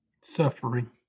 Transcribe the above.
Suffering